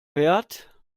wert